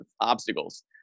obstacles